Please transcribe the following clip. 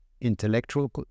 intellectual